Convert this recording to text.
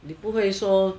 你不会说